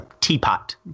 teapot